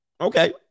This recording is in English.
Okay